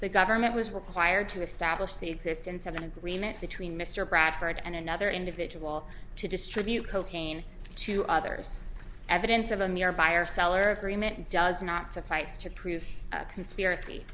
the government was required to establish the existence of an agreement between mr bradford and another individual to distribute cocaine to others evidence of a mere buyer seller agreement does not suffice to prove conspiracy